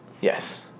Yes